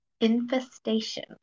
infestation